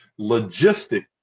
logistic